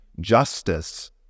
justice